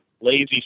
lazy